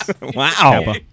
Wow